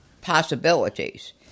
possibilities